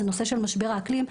זה הנושא של משבר האקלים,